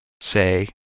Say